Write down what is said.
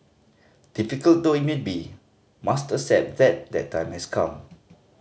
difficult though it may be must accept that that time has come